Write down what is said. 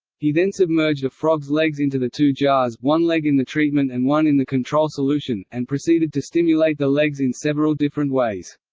he then submerged a frog's legs into the two jars, one leg in the treatment and one in the control solution, and proceeded to stimulate the legs in several different ways.